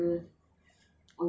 compassion